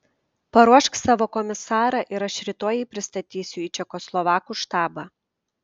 paruošk savo komisarą ir aš rytoj jį pristatysiu į čekoslovakų štabą